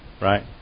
Right